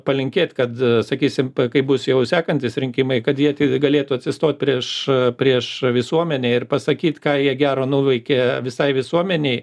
palinkėt kad sakysim kaip bus jau sekantys rinkimai kad jie galėtų atsistot prieš prieš visuomenę ir pasakyt ką jie gero nuveikė visai visuomenei